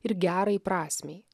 ir gerai prasmei